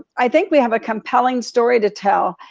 i think we have a compelling story to tell,